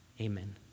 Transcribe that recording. Amen